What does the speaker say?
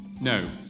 No